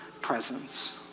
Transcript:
presence